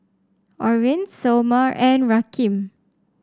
Oren Somer and Rakeem